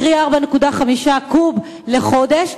קרי 4.5 קוב לחודש.